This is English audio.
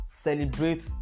celebrate